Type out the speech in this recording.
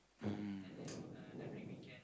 mm